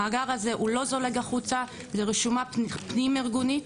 המאגר הזה הוא לא זולג החוצה לרשומה פנים ארגונית.